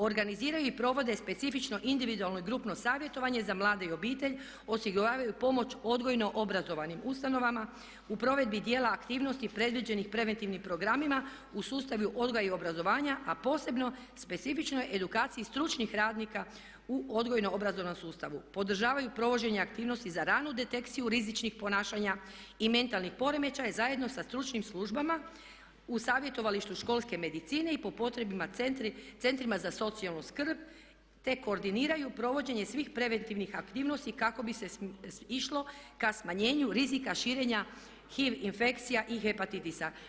Organiziraju i provode specifično individualno i grupno savjetovanje za mlade i obitelj, osiguravaju pomoć odgojno obrazovanim ustanovama u provedbi dijela aktivnosti predviđenih preventivnim programima u sustavu odgoja i obrazovanja, a posebno specifičnoj edukaciji stručnih radnika u odgojno-obrazovnom sustavu, podržavaju provođenje aktivnosti za ranu detekciju rizičnih ponašanja i mentalnih poremećaja zajedno sa stručnim službama u savjetovalištu školske medicine i po potrebama centrima za socijalnu skrb, te koordiniraju provođenje svih preventivnih aktivnosti kako bi se išlo ka smanjenju rizika šira HIV infekcija i hepatitisa.